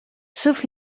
sauf